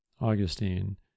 Augustine